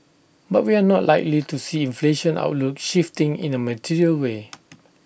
but we're not likely to see inflation outlook shifting in A material way